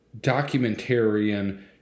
documentarian